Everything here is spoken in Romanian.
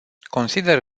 consider